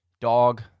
dog